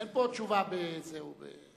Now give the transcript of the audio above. אין פה תשובה בקבלנות.